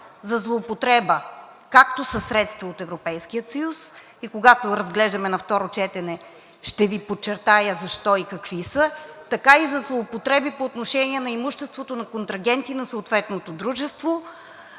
за злоупотреба както със средства от Европейския съюз и когато разглеждаме на второ четене ще Ви подчертая защо и какви са, така и за злоупотреби по отношение на имуществото на контрагенти на съответното дружество.